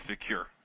secure